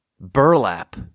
burlap